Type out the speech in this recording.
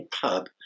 pub